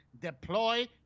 Deploy